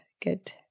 good